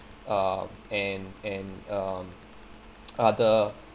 uh and and um other